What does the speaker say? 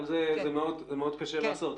אבל זה מאוד קשה לעשות,